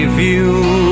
view